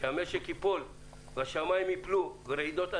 שהמשק ייפול והשמיים ייפלו, ורעידות אדמה,